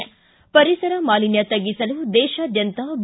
ಿ ಪರಿಸರ ಮಾಲಿನ್ನ ತಗ್ಗಿಸಲು ದೇತಾದ್ಯಂತ ಬಿ